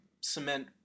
cement